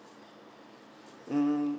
mm